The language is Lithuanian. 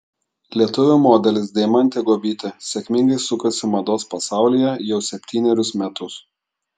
lietuvių modelis deimantė guobytė sėkmingai sukasi mados pasaulyje jau septynerius metus